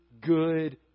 good